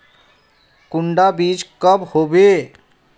कुंडा बीज कब होबे?